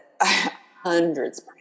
hundreds